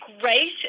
great